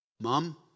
mom